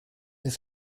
est